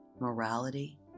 morality